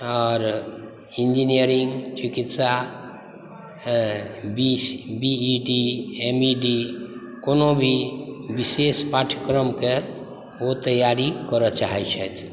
आर engineering चिकित्सा B E T M E D कोनो भी विशेष पाठ्यक्रमके ओ तैआरी करय चाहैत छथि